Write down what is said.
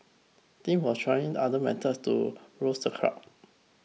Tim was trying other methods to rouse the crowd